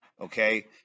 okay